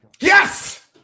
Yes